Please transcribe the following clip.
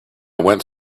went